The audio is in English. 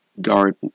guard